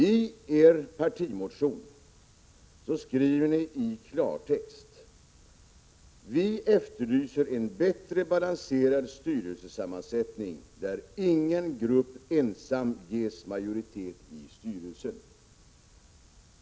I er partimotion skriver ni i klartext: Vi efterlyser en bättre balanserad styrelsesammansättning där ingen grupp ensam ges majoritet i styrelsen.